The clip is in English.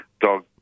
dog